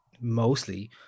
mostly